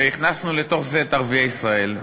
והכנסנו לתוך זה את ערביי ישראל,